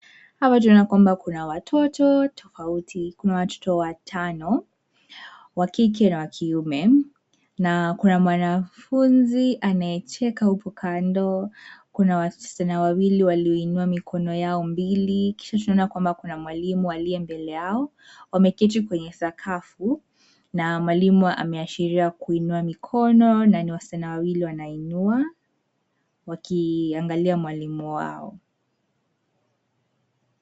Hapa tunakuomba kuna watoto tofauti, kuna watoto watano wa kike na wa kiume na kuna mwanafunzi anayecheka upo kando, kuna wasichana wawili walioinua mikono yao mbili kisha tunaona kwamba kuna mwalimu aliye mbele yao. Wameketi kwenye sakafu na mwalimu ameashiria kuinua mikono na ni wasichana wawili wanainua wakiiangalia mwalimu wao.